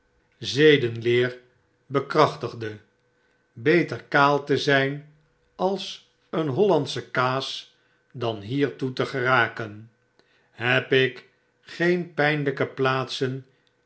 zedenleer bekrachtigde beter kaal te zyn als een hollandsche kaas dan hiertoe te geraken heb ik geen pijnlyke plaatsen